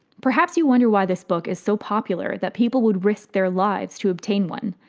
perhaps you wonder why this book is so popular that people would risk their lives to obtain one.